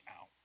out